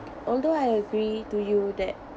although I agree to you that